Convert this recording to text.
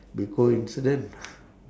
be coincident